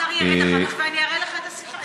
השר ירד אחר כך ואני אשמיע לך את השיחה.